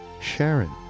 Sharon